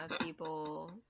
people